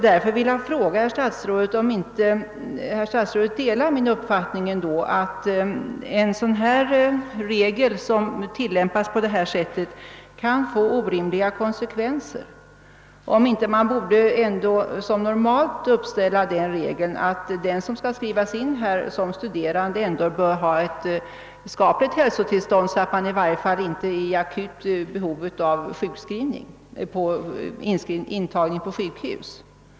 Därför vill jag fråga om socialministern inte delar min uppfattning att en regel som tillämpas på detta sätt kan få orimliga konsekvenser. Borde man ändå inte som normalt uppställa det villkoret att den som skrivs in här som studerande bör ha ett sådant hälsotillstånd, som gör att han eller hon i varje fall inte är i akut behov av att bli intagen på sjukhus.